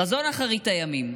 חזון אחרית הימים.